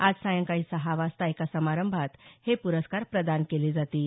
आज सायंकाळी सहा वाजता एका समारंभात हे प्रस्कार प्रदान केले जातील